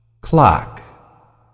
Clock